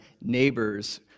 neighbors